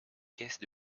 caisses